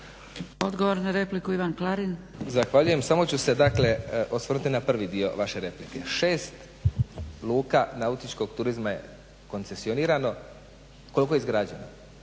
Odgovor na repliku, Ivan Klarin.